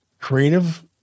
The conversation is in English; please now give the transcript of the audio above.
creative